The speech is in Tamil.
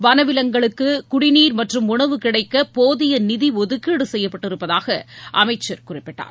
வனவிலங்குகளுக்கு குடிநீர் மற்றும் உணவு கிடைக்க போதிய நிதி ஒதுக்கீடு செய்யப்பட்டிருப்பதாக அமைச்சர் குறிப்பிட்டார்